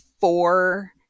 four